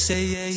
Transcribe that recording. Say